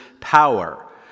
power